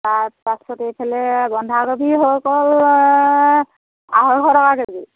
তাৰপাছতে এইফালে বন্ধাকবি হৈ গ'ল আঢ়ৈশ টকা কে জি